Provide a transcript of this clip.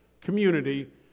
community